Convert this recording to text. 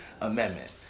Amendment